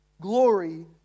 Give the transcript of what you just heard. Glory